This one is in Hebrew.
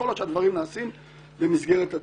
כל עוד הדברים נעשים במסגרת הדין.